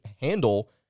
handle